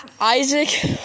Isaac